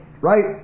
Right